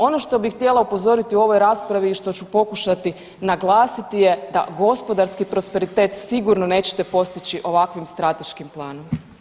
Ono što bih htjela upozoriti u ovoj raspravi i što ću pokušati naglasiti je da gospodarski prosperitet sigurno nećete postići ovakvih strateškim planom.